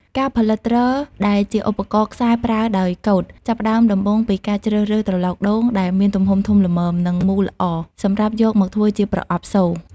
ការផលិត ទ្រ ដែលជាឧបករណ៍ខ្សែប្រើដោយកូត ចាប់ផ្ដើមដំបូងពីការជ្រើសរើសត្រឡោកដូងដែលមានទំហំធំល្មម និងមូលល្អ សម្រាប់យកមកធ្វើជាប្រអប់សូរ។